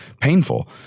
painful